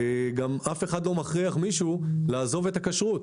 אף אחד גם לא מכריח מישהו לעזוב את הכשרות.